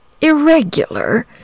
irregular